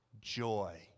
joy